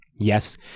Yes